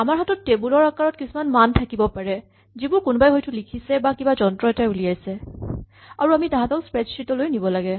আমাৰ হাতত টেবুলৰ আকাৰত কিছুমান মান থাকিব পাৰে যিবোৰ কোনোবাই হয়তো লিখিছে বা কিবা যন্ত্ৰ এটাই উলিয়াইছে আৰু আমি তাহাঁতক স্প্ৰেডছ্যিট লৈ নিব লাগে